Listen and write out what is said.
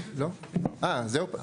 אה, זהו?